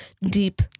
deep